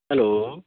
hello